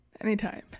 Anytime